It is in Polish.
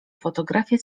fotografię